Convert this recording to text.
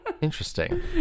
Interesting